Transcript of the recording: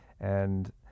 and-